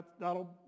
that'll